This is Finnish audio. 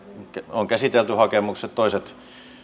on käsitelty hakemukset toiset